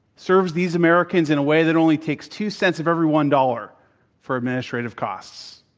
serves these americans in a way that only takes two cents of every one dollar for administrative costs.